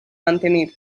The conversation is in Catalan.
mantenir